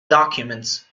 documents